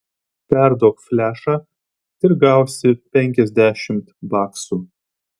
perduok flešą ir gausi penkiasdešimt baksų